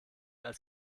als